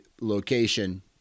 location